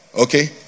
Okay